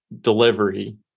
delivery